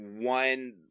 one